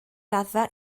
raddfa